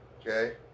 Okay